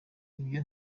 ibyo